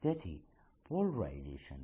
તેથી પોલરાઇઝેશન